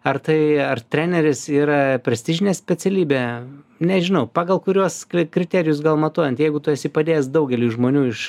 ar tai ar treneris yra prestižinė specialybė nežinau pagal kuriuos kriterijus gal matuojant jeigu tu esi padėjęs daugeliui žmonių iš